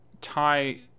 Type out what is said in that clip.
tie